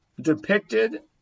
depicted